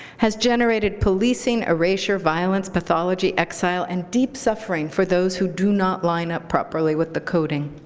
has generated policing, erasure, violence, pathology, exile, and deep suffering for those who do not line up properly with the coding.